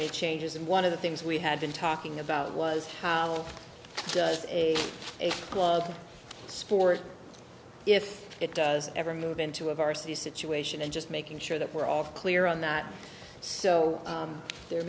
any changes and one of the things we had been talking about was how does a club sport if it does ever move into a varsity situation and just making sure that we're all clear on that so